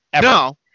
No